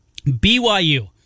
BYU